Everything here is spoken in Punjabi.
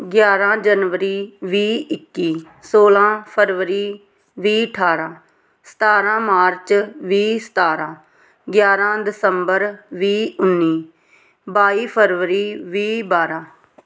ਗਿਆਰਾਂ ਜਨਵਰੀ ਵੀਹ ਇੱਕੀ ਸੌਲਾਂ ਫਰਵਰੀ ਵੀਹ ਅਠਾਰਾਂ ਸਤਾਰਾਂ ਮਾਰਚ ਵੀਹ ਸਤਾਰਾਂ ਗਿਆਰਾਂ ਦਸੰਬਰ ਵੀਹ ਉੱਨੀ ਬਾਈ ਫਰਵਰੀ ਵੀਹ ਬਾਰਾਂ